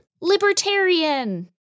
Libertarian